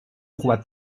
roi